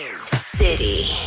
City